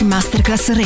Masterclass